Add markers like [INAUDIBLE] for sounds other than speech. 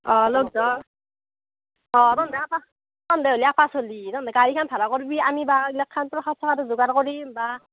অঁ লগ ধৰ অঁ [UNINTELLIGIBLE] পাচলি তাৰমানে গাড়ীখন ভাৰা কৰিবি আমি ভাৰা বিলাক [UNINTELLIGIBLE] যোগাৰ কৰিম বা